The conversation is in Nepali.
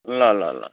ल ल ल